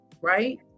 right